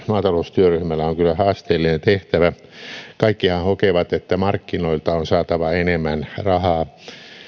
maataloustyöryhmällä on kyllä haasteellinen tehtävä kaikkihan hokevat että markkinoilta on saatava enemmän rahaa